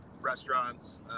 restaurants